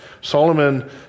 Solomon